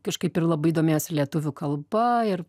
kažkaip ir labai domėjosi lietuvių kalba ir